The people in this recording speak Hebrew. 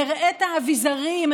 הראית אביזרים,